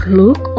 look